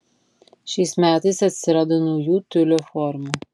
šiais metais atsirado naujų tiulio formų